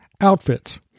outfits